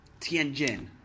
Tianjin